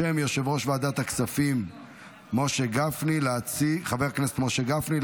בשם יושב-ראש ועדת הכספים חבר הכנסת משה גפני,